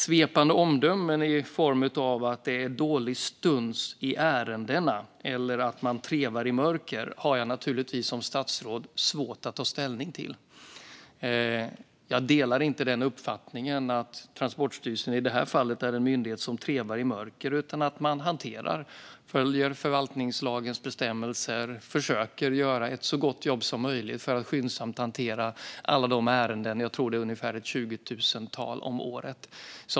Svepande omdömen i form av att det är dålig stuns i ärendena eller att man trevar i mörker har jag naturligtvis som statsråd svårt att ta ställning till. Jag delar inte uppfattningen att Transportstyrelsen i det här fallet är en myndighet som trevar i mörker, utan man följer förvaltningslagens bestämmelser och försöker göra ett så gott jobb som möjligt för att skyndsamt hantera alla ärenden - jag tror att det är ungefär 20 000 om året.